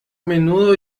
menudo